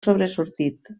sobresortit